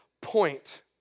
point